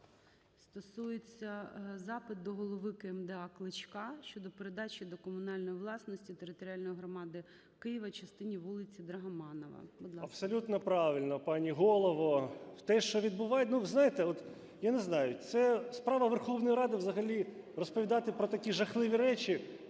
Абсолютно правильно, пані голово. Те, що… Ну, ви знаєте, от, я не знаю, це справа Верховної Ради взагалі розповідати про такі жахливі речі.